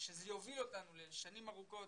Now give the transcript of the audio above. ושזה יוביל אותנו לשנים ארוכות.